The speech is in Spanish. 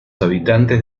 habitantes